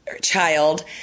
child